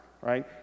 right